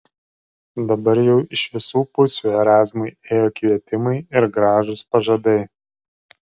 dabar jau iš visų pusių erazmui ėjo kvietimai ir gražūs pažadai